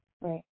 Right